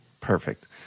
Perfect